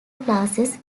classes